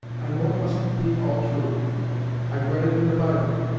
i know it must be all true i've read it in the bible.